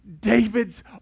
David's